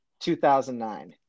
2009